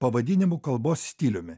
pavadinimu kalbos stiliumi